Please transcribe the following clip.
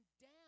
down